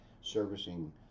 servicing